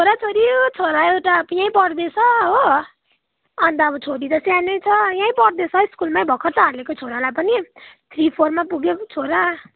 छोराछोरी छोरा एउटा थ्री पढ्दैछ हो अन्त अब छोरी त सानै छ यहीँ पढ्दैछ स्कुलमा भर्खर त हालेको छोरालाई पनि थ्री फोरमा पुग्यो छोरा